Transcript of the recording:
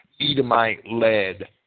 Edomite-led